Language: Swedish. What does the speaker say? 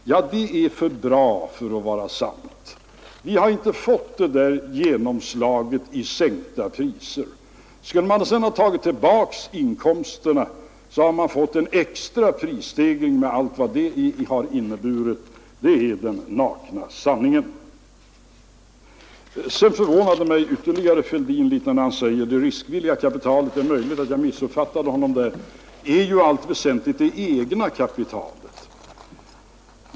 Det är för bra för att vara sant. Den sänkta momsen skulle inte ha slagit igenom i sänkta priser. Skulle man sedan ha tagit tillbaka inkomsterna, hade man fått en extra prisstegring, med allt vad det hade inneburit — det är den nakna sanningen. Herr Fälldin förvånade mig ytterligare när han sade att det riskvilliga kapitalet — det är möjligt att jag missuppfattade honom på denna punkt — i allt väsentligt är det egna kapitalet.